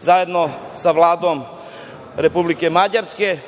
zajedno sa Vladom Republike Mađarske